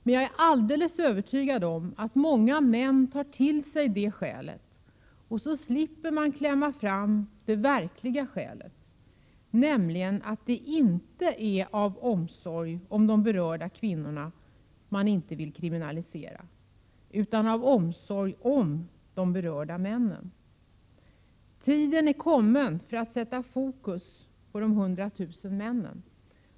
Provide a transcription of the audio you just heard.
Men jag är alldeles övertygad om att många män tar till sig det skälet, och så slipper man klämma fram det verkliga skälet, nämligen att det inte är av omsorg om de berörda kvinnorna man inte vill kriminalisera, utan av omsorg om de berörda männen. Tiden är kommen för att sätta fokus på de 100 000 männen.